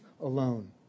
alone